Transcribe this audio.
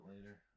later